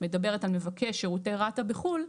מדברת על מבקש שירותי רת"א בחו"ל.